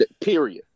Period